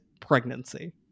pregnancy